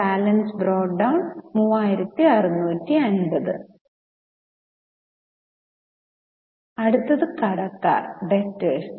balance brought down 3650 അടുത്തത് കടക്കാർ debtors